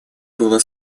было